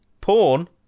Porn